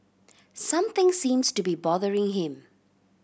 something seems to be bothering him